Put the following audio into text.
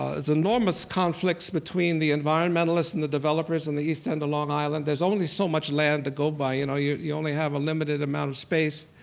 it's enormous conflicts between the environmentalists and the developers in the east end of long island. there's only so much land to go by, you you only have a limited amount of space.